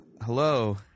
Hello